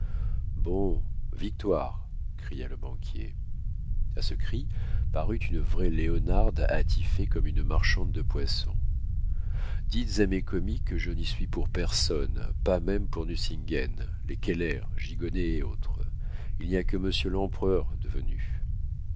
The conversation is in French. bon victoire cria le banquier a ce cri parut une vraie léonarde attifée comme une marchande de poisson dites à mes commis que je n'y suis pour personne pas même pour nucingen les keller gigonnet et autres il n'y a que monsieur lempereur de